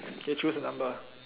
okay choose the number